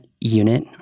unit